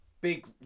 big